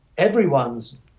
everyone's